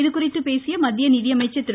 இதுகுறித்து பேசிய மத்திய நிதியமைச்சர் திரு